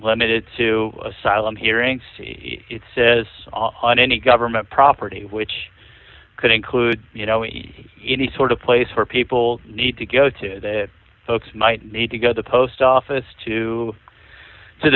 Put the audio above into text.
limited to asylum hearing see it says on any government property which could include you know if any sort of place where people need to go to folks might need to go to the post office to